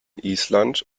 island